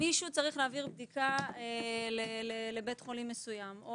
אם מישהו צריך להעביר בדיקה לבית חולים מסוים.